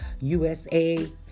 USA